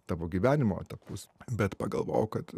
tavo gyvenimo etapus bet pagalvojau kad